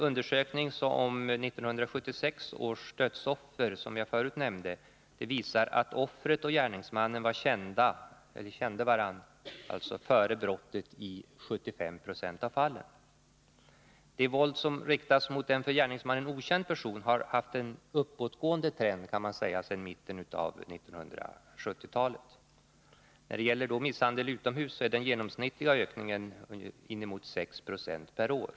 Undersökningen om 1976 års dödsoffer, som jag nämnde förut, visar att offret och gärningsmannen kände varandra före brottet i 75 20 av fallen. Ett våld som riktas mot en för gärningsmannen okänd person kan sägas ha haft en uppåtgående trend sedan mitten av 1970-talet. När det gäller misshandel utomhus uppgår den genomsnittliga ökningen till ungefär 6 70 per år.